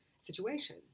situation